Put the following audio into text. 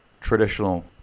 traditional